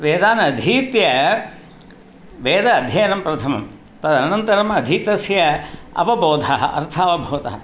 वेदानधीत्य वेद अध्ययनं प्रथमं तदनन्तरम् अधीतस्य अवबोधः अर्थावबोधः